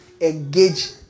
engage